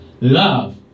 Love